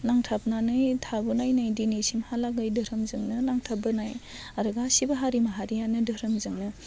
नांथाबनानै थाबोनाय नै दिनैसिमहालागै धोरोमजोंनो नांथाबबोनाय गासिबो हारि माहारियानो धोरोमजोंनो